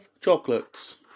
chocolates